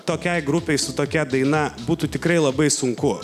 tokiai grupei su tokia daina būtų tikrai labai sunku